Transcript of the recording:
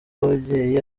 w’ababyeyi